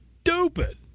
stupid